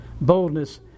boldness